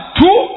two